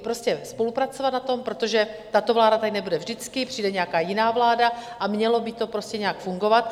Prostě spolupracovat na tom, protože tato vláda tady nebude vždycky, přijde nějaká jiná vláda, a mělo by to prostě nějak fungovat.